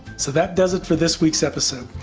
so that does it for this week's episode.